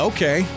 Okay